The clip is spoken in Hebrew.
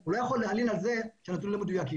הוא לא יכול להלין על זה שהנתונים לא מדויקים.